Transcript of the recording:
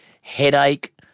headache